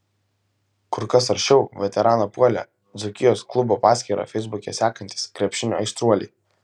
kur kas aršiau veteraną puolė dzūkijos klubo paskyrą feisbuke sekantys krepšinio aistruoliai